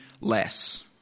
less